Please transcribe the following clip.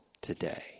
Today